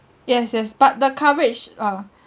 yes yes but the coverage uh